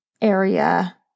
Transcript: area